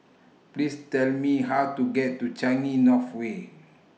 Please Tell Me How to get to Changi North Way